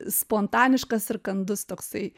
spontaniškas ir kandus toksai